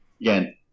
Again